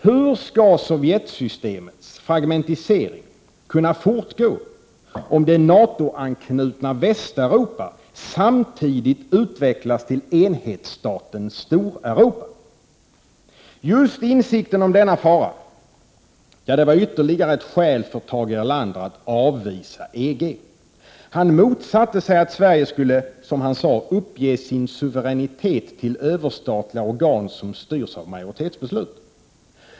Hur skall Sovjetsystemets fragmentisering kunna fortgå, om det NATO-anknutna Västeuropa samtidigt utvecklas till enhetsstaten Storeuropa? Just insikten om denna fara var ytterligare ett skäl för Tage Erlander att avvisa EG. Han motsatte sig att Sverige skulle ”uppge sin suveränitet till överstatliga organ som styrs av majoritetsbeslut”.